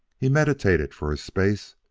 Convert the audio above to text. he meditated for a space.